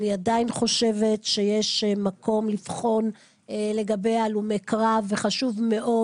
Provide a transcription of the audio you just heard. אני עדיין חושבת שיש מקום לבחון לגבי הלומי קרב וחשוב מאוד